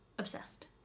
Obsessed